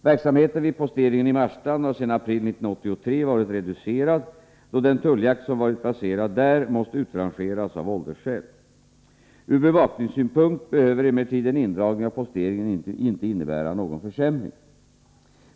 Verksamheten vid posteringen i Marstrand har sedan april 1983 varit reducerad, då den tulljakt som varit baserad där måst utrangeras av åldersskäl. Ur bevakningssynpunkt behöver emellertid en indragning av posteringen inte innebära någon försämring.